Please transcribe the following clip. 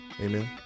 amen